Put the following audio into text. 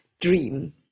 dream